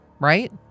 right